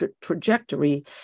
trajectory